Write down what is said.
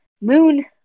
moon